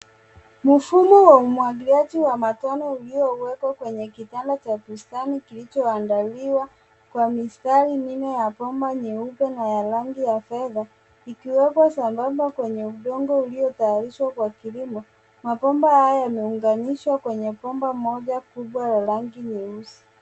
Mfumo wa umwagiliaji wa matone uliowekwa kwenye kitana cha bustani kilichoandaliwa kwa mistari minne ya bomba nyeupe na la rangi ya fedha ikiwekwa sambamba kwenye udongo uliotayarishwa kwa kilimo. Mabomba haya yameunganishwa kwenye bomba moja kubwa la rangi nyeusi.